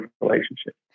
relationship